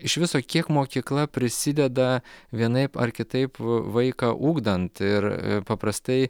iš viso kiek mokykla prisideda vienaip ar kitaip vaiką ugdant ir paprastai